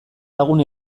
lagun